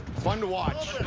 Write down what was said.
fun to watch.